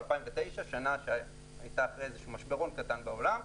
2009 שנה שהייתה אחרי איזשהו משברון קטן בעולם,